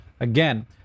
Again